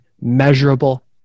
measurable